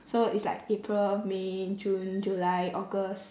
so it's like april may june july august